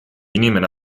inimene